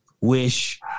Wish